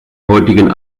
heutigen